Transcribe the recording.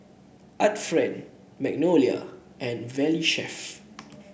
Art Friend Magnolia and Valley Chef